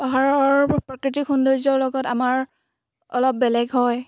পাহাৰৰ প্ৰাকৃতিক সৌন্দৰ্যৰ লগত আমাৰ অলপ বেলেগ হয়